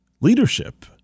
leadership